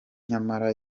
nyamara